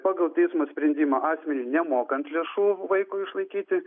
pagal teismo sprendimą asmeniui nemokant lėšų vaikui išlaikyti